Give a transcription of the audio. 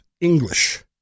English